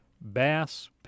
bass